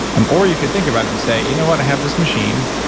um or, you could think about it and say, you know what? i have this machine,